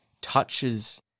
touches